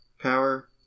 Power